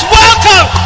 welcome